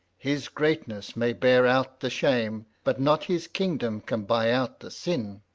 his greatness may bear out the shame, but not his kingdom can buy out the sin